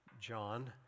John